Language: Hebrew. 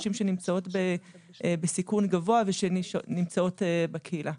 נשים שנמצאות בסיכון גבוה ושנמצאות בקהילה.